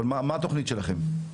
אבל מה התוכנית שלכם?